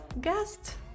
guest